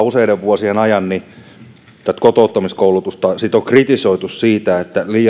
useiden vuosien ajan tätä kotouttamiskoulutusta on kritisoitu siitä että